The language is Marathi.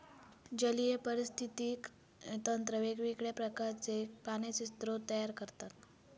जलीय पारिस्थितिकी तंत्र वेगवेगळ्या प्रकारचे पाण्याचे स्रोत तयार करता